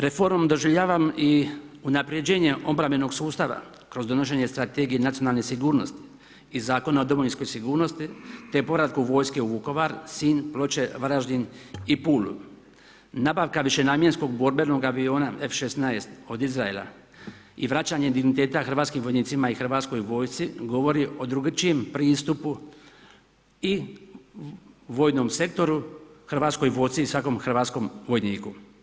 Reformom doživljavam i unapređenje obrambenog sustava kroz donošenje Strategije nacionalne sigurnosti i Zakona o domovinskoj sigurnosti te povratku vojske u Vukovar, Sinj, Ploče, Varaždin i Pulu, nabavka višenamjenskog borbenog aviona F16 od Izraela i vraćanje digniteta hrvatskim vojnicima i hrvatskoj vojsci govori o drukčijem pristupu i vojnom sektoru, Hrvatskoj vojsci i svakom hrvatskom vojniku.